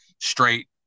straight